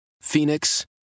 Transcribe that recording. Phoenix